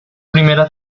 primera